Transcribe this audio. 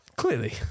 clearly